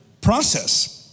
process